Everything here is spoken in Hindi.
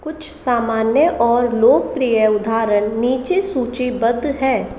कुछ सामान्य और लोकप्रिय उदाहरण नीचे सूचीबद्ध हैं